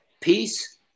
peace